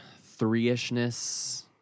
three-ishness